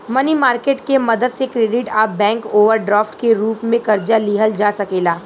मनी market के मदद से क्रेडिट आ बैंक ओवरड्राफ्ट के रूप में कर्जा लिहल जा सकेला